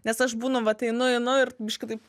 nes aš būnu vat einu einu ir bišji kitaip